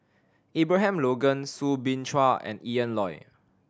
Abraham Logan Soo Bin Chua and Ian Loy